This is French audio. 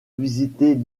visiter